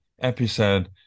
episode